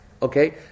Okay